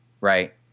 right